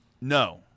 No